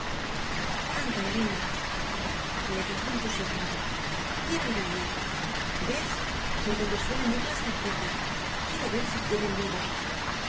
anda elena me dijo entusiasmada quiero ir allí ves por donde suelen ir las cercetas quiero ver si tienen nidos